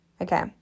okay